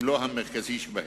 אם לא המרכזי בהם.